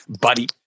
buddy